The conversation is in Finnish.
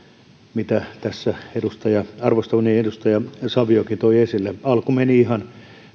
mitä tässä arvostamani edustaja saviokin toi esille alku meni ihan